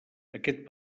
aquest